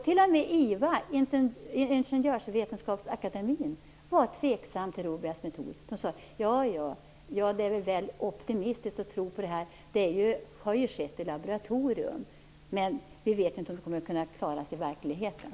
T.o.m. IVA, Ingenjörsvetenskapsakademien, var tveksam till Rubbias metod och sade: Ja, det är nog litet optimistiskt att tro på det här. Det har ju skett i laboratorium och vi vet inte om det kan klaras i verkligheten.